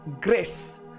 grace